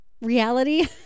reality